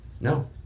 no